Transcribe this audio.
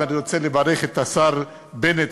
ואני רוצה לברך את השר בנט,